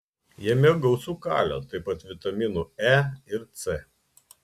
jame gausu kalio taip pat vitaminų e ir c